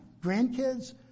grandkids